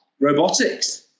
robotics